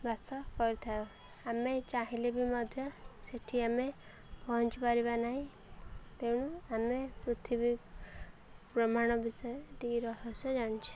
ବାସ କରିଥାଉ ଆମେ ଚାହିଁଲେ ବି ମଧ୍ୟ ସେଠି ଆମେ ପହଞ୍ଚିପାରିବା ନାହିଁ ତେଣୁ ଆମେ ପୃଥିବୀ ବ୍ରହ୍ମାଣ୍ଡ ବିଷୟରେ ଏତିକି ରହସ୍ୟ ଜାଣିଛି